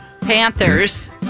Panthers